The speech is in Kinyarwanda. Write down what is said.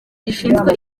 gishinzwe